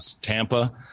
tampa